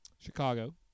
Chicago